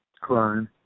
crime